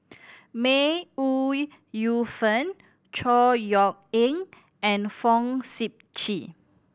May Ooi Yu Fen Chor Yeok Eng and Fong Sip Chee